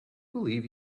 believe